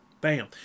bam